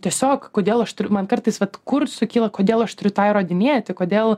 tiesiog kodėl aš turiu man kartais vat kur sukyla kodėl aš turiu tą įrodinėti kodėl